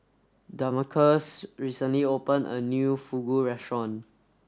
Damarcus recently open a new Fugu restaurant